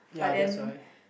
but then